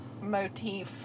motif